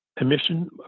emission